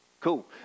Cool